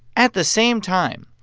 at the same time,